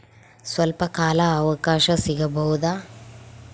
ಸ್ವಲ್ಪ ಕಾಲ ಅವಕಾಶ ಸಿಗಬಹುದಾ?